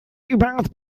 überaus